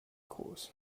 groß